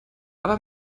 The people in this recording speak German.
aber